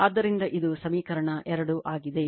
ಆದ್ದರಿಂದ ಇದು ಸಮೀಕರಣ 2 ಆಗಿದೆ